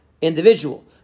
individual